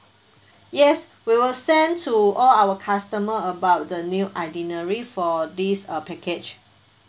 yes we will send to all our customer about the new itinerary for this uh package